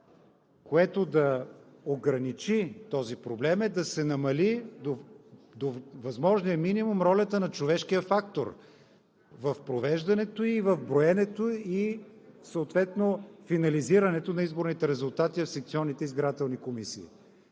което да ограничи този проблем, е да се намали до възможния минимум ролята на човешкия фактор в провеждането, в броенето и съответно финализирането на изборните резултати в секционните избирателни комисии!